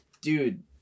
Dude